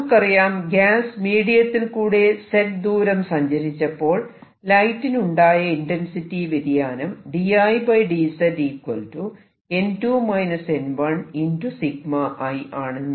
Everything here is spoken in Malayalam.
നമുക്കറിയാം ഗ്യാസ് മീഡിയത്തിൽ കൂടെ z ദൂരം സഞ്ചരിച്ചപ്പോൾ ലൈറ്റിന് ഉണ്ടായ ഇന്റെൻസിറ്റി വ്യതിയാനം ആണെന്ന്